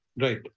Right